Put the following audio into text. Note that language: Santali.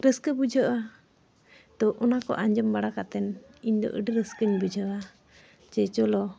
ᱨᱟᱹᱥᱠᱟᱹ ᱵᱩᱡᱷᱟᱹᱜᱼᱟ ᱛᱳ ᱚᱱᱟᱠᱚ ᱟᱸᱡᱚᱢ ᱵᱟᱲᱟ ᱠᱟᱛᱮᱫ ᱤᱧᱫᱚ ᱟᱹᱰᱤ ᱨᱟᱹᱥᱠᱟᱹᱧ ᱵᱩᱡᱷᱟᱹᱣᱟ ᱡᱮ ᱪᱚᱞᱚ